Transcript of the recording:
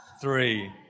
three